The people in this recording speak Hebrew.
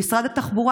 למשרד התחבורה.